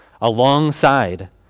alongside